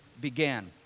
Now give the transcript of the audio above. began